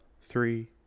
three